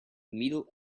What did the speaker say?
middle